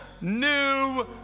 new